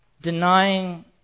denying